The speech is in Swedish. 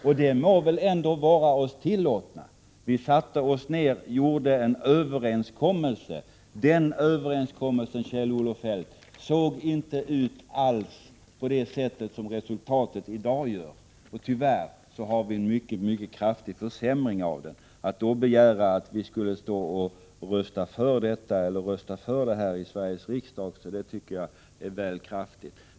Det må väl ändå vara oss tillåtet. Vi satte oss ner och gjorde en överenskommelse. Den överenskommelsen, Kjell-Olof Feldt, såg inte alls ut på det sätt som resultatet i dag gör — tyvärr har det blivit en mycket kraftig försämring. Att då begära att vi skulle rösta för ert förslag här i Sveriges riksdag tycker jag är väl kraftigt.